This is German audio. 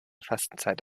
fastenzeit